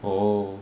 oh